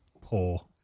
Poor